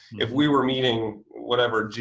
if we were meeting, whatever,